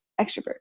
extrovert